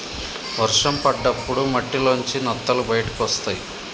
వర్షం పడ్డప్పుడు మట్టిలోంచి నత్తలు బయటకొస్తయ్